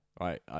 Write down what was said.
right